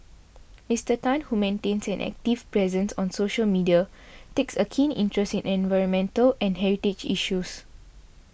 Mister Tan who maintains an active presence on social media takes a keen interest in environmental and heritage issues